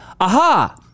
aha